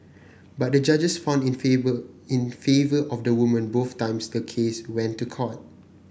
but the judges found in favour in favour of the woman both times the case went to court